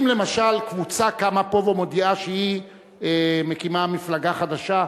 אם למשל קבוצה קמה פה ומודיעה שהיא מקימה מפלגה חדשה,